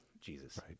Jesus